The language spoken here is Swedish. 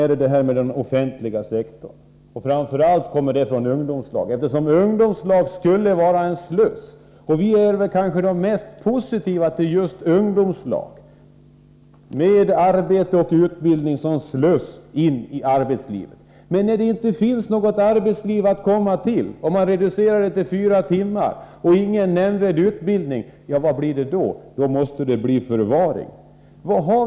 Beträffande den offentliga sektorn: Ungdomslagen skulle vara en sluss, och vi är väl kanske de mest positiva till just ungdomslagen, med arbete och utbildning som en sluss in i arbetslivet. Men när det inte finns något arbetsliv att komma till, när arbetet reduceras till fyra timmar och det inte är fråga om någon nämnvärd utbildning, vad blir det då? Då måste det bli en förvaring.